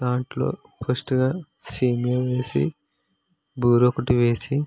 దాంట్లో ఫస్ట్గా సేమియా వేసి బోర ఒకటి వేసి